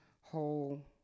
whole